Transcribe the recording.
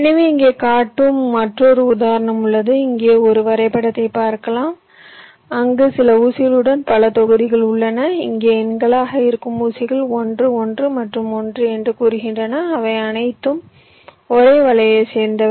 எனவே இங்கே காட்டும் மற்றொரு உதாரணம் உள்ளது இங்கே ஒரு வரைபடத்தைக் பார்க்கலாம் அங்கு சில ஊசிகளுடன் பல தொகுதிகள் உள்ளன இங்கே எண்களாக இருக்கும் ஊசிகளும் 1 1 மற்றும் 1 என்று கூறுகின்றன அவை அனைத்தும் ஒரே வலையைச் சேர்ந்தவை